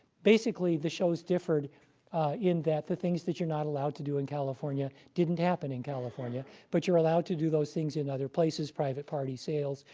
basically, the shows differed in that the things that you're not allowed to do in california didn't happen in california. but you were allowed to do those things in other places, private party sales,